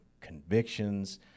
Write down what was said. convictions